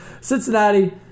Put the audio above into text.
Cincinnati